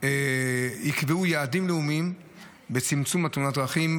שיקבעו יעדים לאומיים לצמצום התאונות דרכים,